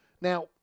Now